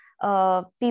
People